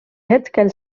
hetkel